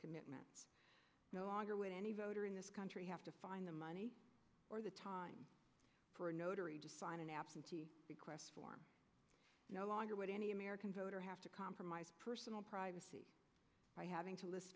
commitments no longer with any voter in this country have to find the money or the time for a notary to sign an absentee request form no longer wait any american voter have to compromise personal privacy by having to